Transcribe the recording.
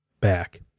back